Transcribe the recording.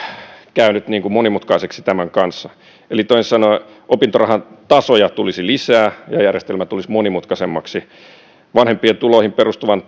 käynyt monimutkaiseksi tämän kanssa eli toisin sanoen opintorahan tasoja tulisi lisää ja järjestelmä tulisi monimutkaisemmaksi vanhempien tuloihin perustuvan